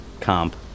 comp